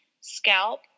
scalp